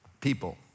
people